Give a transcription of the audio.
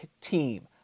team